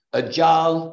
agile